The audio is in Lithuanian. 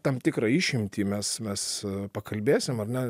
tam tikrą išimtį mes mes pakalbėsim ar ne